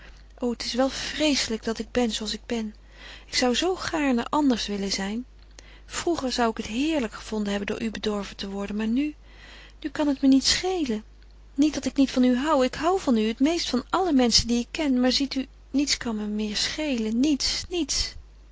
o het is wel vreeslijk dat ik ben zooals ik ben ik zou zoo gaarne anders willen zijn vroeger zou ik het heerlijk gevonden hebben door u bedorven te worden maar nu nu kan het me niet schelen niet dat ik niet van u hou ik hou van u het meest van alle menschen die ik ken maar ziet u niets kan me meer schelen niets niets